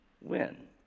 win